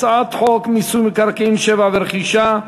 הצעת חוק מיסוי מקרקעין (שבח ורכישה)